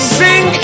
sing